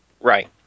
Right